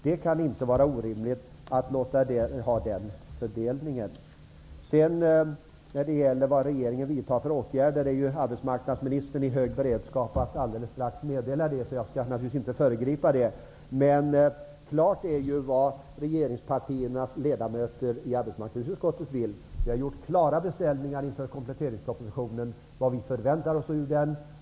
Det kan inte vara orimligt med den fördelningen. Vidare har vi frågan om vad regeringen vidtar för åtgärder. Nu är arbetsmarknadsministern i hög beredskap att alldeles strax meddela det. Jag skall naturligtvis inte föregripa vad han skall säga. Men det är klart vad regeringspartiernas ledamöter i arbetsmarknadsutskottet vill. Vi har gjort klara beställningar inför kompletteringspropositionen av vad vi förväntar oss av den.